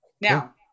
Now